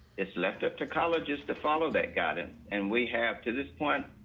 it's left up to colleges to follow that guidance. and we have to this point,